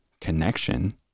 connection